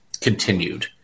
continued